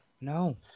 No